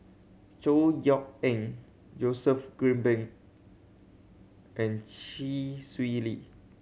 Chor Yeok Eng Joseph Grimberg and Chee Swee Lee